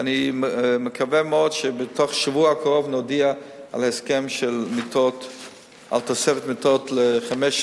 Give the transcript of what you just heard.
ואני מקווה מאוד שבשבוע הקרוב נודיע על הסכם של תוספת מיטות לחמש,